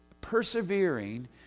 persevering